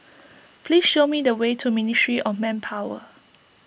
please show me the way to Ministry of Manpower